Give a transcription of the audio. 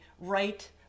right